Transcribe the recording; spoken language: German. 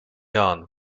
jahren